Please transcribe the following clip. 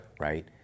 Right